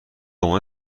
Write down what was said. عنوان